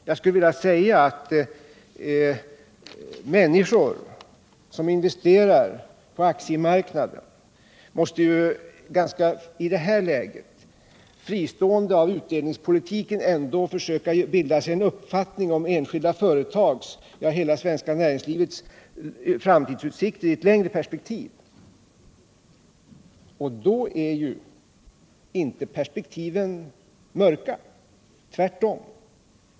Jag skulle vilja säga att människor som investerar på aktiemarknaden måste i detta läge, fristående från utdelningspolitiken, ändå försöka bilda sig en uppfattning om enskilda företags, ja hela det svenska näringslivets, framtidsutsikter i ett längre perspektiv. Då är inte perspektiven mörka. Tvärtom.